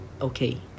Okay